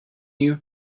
you